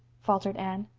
faltered anne.